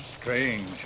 strange